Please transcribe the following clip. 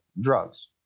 drugs